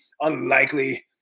unlikely